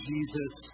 Jesus